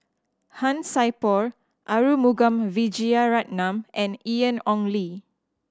Han Sai Por Arumugam Vijiaratnam and Ian Ong Li